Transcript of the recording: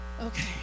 Okay